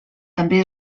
també